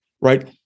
right